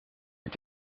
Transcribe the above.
het